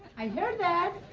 i heard that.